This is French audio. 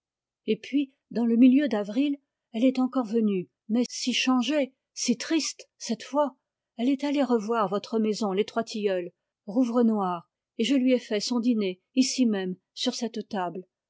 et puis dans le milieu d'avril elle est encore venue mais si changée si triste cette fois elle est allée revoir votre maison les trois tilleuls rouvrenoir et je lui ai fait son dîner ici même sur cette table